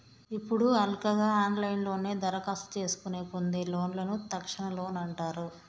ఇప్పుడు హల్కగా ఆన్లైన్లోనే దరఖాస్తు చేసుకొని పొందే లోన్లను తక్షణ లోన్ అంటారు